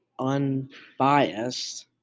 unbiased